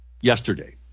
yesterday